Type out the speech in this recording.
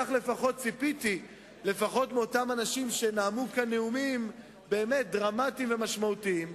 כך לפחות ציפיתי מאותם אנשים שנאמו כאן נאומים דרמטיים ומשמעותיים,